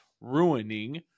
ruining